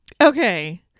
Okay